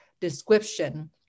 description